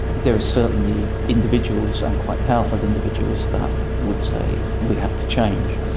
there are certainly individuals and quite powerful individuals that would say we have to change.